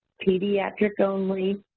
pediatric only,